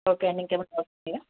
okay అన్ని